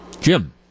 jim